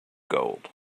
gold